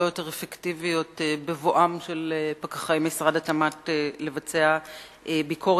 יותר אפקטיביות בבואם של פקחי משרד התמ"ת לבצע ביקורת